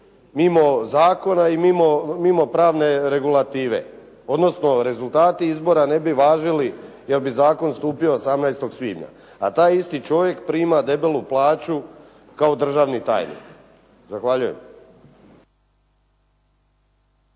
mimio zakona i mimo pravne regulative. Odnosno rezultati izbora ne bi važili jer bi zakon stupio 18. svibnja. A taj isti čovjek prima debelu plaću kao državni tajnik. Zahvaljujem.